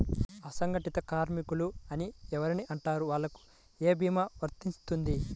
అసంగటిత కార్మికులు అని ఎవరిని అంటారు? వాళ్లకు ఏ భీమా వర్తించుతుంది?